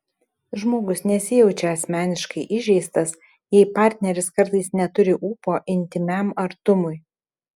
žmogus nesijaučia asmeniškai įžeistas jei partneris kartais neturi ūpo intymiam artumui